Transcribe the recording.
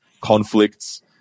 conflicts